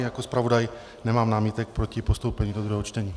Jako zpravodaj nemám námitek proti postoupení do druhého čtení.